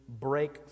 break